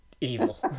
evil